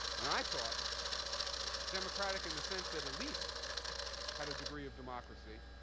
and i thought democratic in the sense that elites had a degree of democracy.